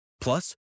Plus